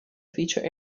feature